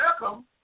welcome